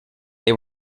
they